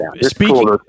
speaking